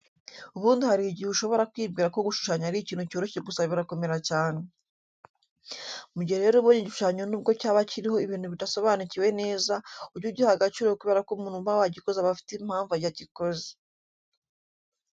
Ubundi hari igihe ushobora kwibwira ko gushushanya ari ikintu cyoroshye gusa birakomera cyane. Mu gihe rero ubonye igishushanyo nubwo cyaba kiriho ibintu udasobanukiwe neza ujye ugiha agaciro kubera ko umuntu uba wagikoze aba afite impamvu yagikoze.